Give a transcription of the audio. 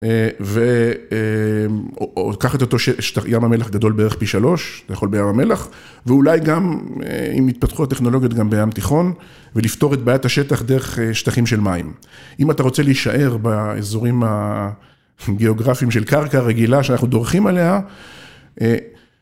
ולקחת אותו שטח, ים המלח גדול בערך פי שלוש, זה יכול בים המלח ואולי גם, אם מתפתחו הטכנולוגיות, גם בים תיכון ולפתור את בעיית השטח דרך שטחים של מים. אם אתה רוצה להישאר באזורים הגיאוגרפיים של קרקע, רגילה, שאנחנו דורכים עליה,